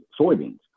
soybeans